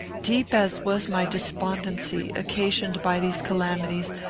deep as was my despondency, occasioned by these calamities,